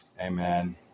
Amen